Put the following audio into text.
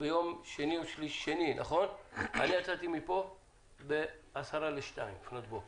ביום שני, אני יצאתי ב-1:50 לפנות בוקר,